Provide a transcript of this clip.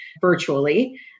virtually